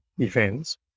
events